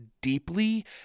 deeply